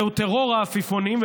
זהו טרור העפיפונים,